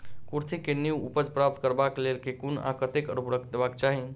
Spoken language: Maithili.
कुर्थी केँ नीक उपज प्राप्त करबाक लेल केँ कुन आ कतेक उर्वरक देबाक चाहि?